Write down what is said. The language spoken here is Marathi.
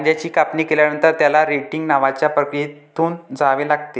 गांजाची कापणी केल्यानंतर, त्याला रेटिंग नावाच्या प्रक्रियेतून जावे लागते